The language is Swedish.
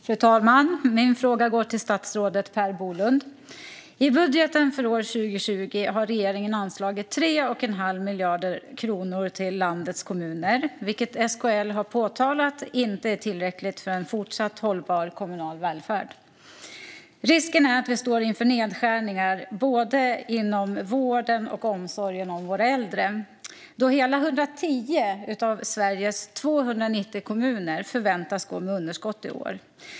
Fru talman! Min fråga går till statsrådet Per Bolund. I budgeten för år 2020 har regeringen anslagit 3 1⁄2 miljard kronor till landets kommuner, vilket SKL har påtalat inte är tillräckligt för en fortsatt hållbar kommunal välfärd. Risken är att vi står inför nedskärningar både inom vården och inom omsorgen om våra äldre, då hela 110 av Sveriges 290 kommuner förväntas gå med underskott i år.